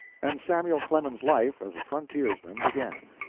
and samuel clemens's life as a frontiersman began.